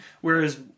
Whereas